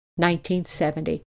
1970